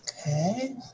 Okay